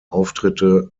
auftritte